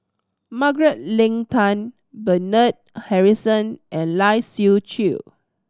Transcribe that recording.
Margaret Leng Tan Bernard Harrison and Lai Siu Chiu